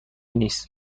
نیست